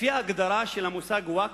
לפי ההלכה האסלאמית,